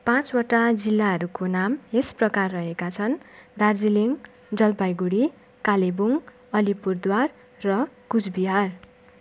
पाँचवटा जिल्लाहरूको नाम यस प्रकार रहेका छन् दार्जिलिङ जलपाइगुडी कालेबुङ अलिपुरद्वार र कुच बिहार